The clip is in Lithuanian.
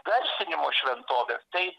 garsinimo šventovės tai